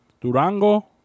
Durango